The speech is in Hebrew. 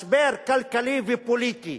משבר כלכלי ופוליטי.